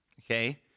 okay